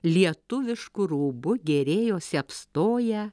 lietuvišku rūbu gėrėjosi apstoję